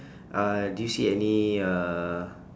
uh do you see any uh